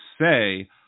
say